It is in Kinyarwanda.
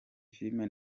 filime